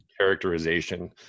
characterization